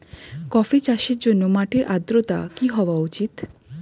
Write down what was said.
Coffee চাষের জন্য মাটির আর্দ্রতা কি হওয়া উচিৎ?